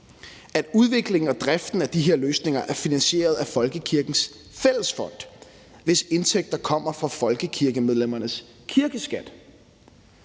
at udviklingen og driften af de her løsninger er finansieret af folkekirkens fællesfond, hvis indtægter kommer fra folkekirkemedlemmernes kirkeskat.